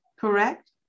correct